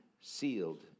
sealed